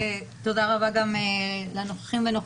ותודה רבה גם לנוכחים והנוכחות,